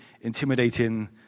intimidating